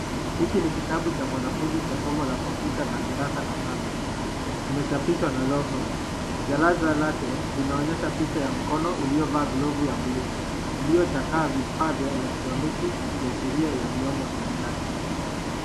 Hiki ni kitabu cha mwanafunzi cha somo la kompyuta ya darasa la saba, kimechapishwa na longhorn. Jalada lake linaonyesha picha ya mkono uliyovaa glovu ya blue ,uliochakaa vifaa vya eletroniki kikiashiria yaliyomo ndani yake.